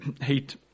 hate